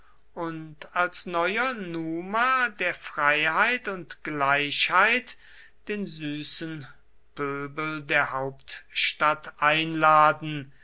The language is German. und als neuer numa der freiheit und gleichheit den süßen pöbel der hauptstadt einladen